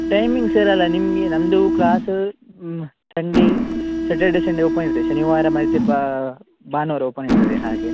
timings ಇರೋಲ್ಲ ನಿಮಗೆ ನಮ್ದು ಕ್ಲಾಸ್ ಸಂಡೇ ಸಟರ್ಡೆ ಸಂಡೆ ಓಪನಿರುತ್ತೆ ಶನಿವಾರ ಮತ್ತು ಭಾನುವಾರ ಓಪನ್ ಇರ್ತದೆ ಹಾಗೆ